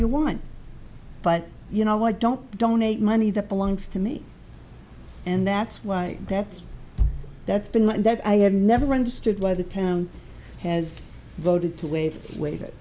you want but you know i don't donate money that belongs to me and that's why that's that's been that i have never understood why the town has voted to waive waive it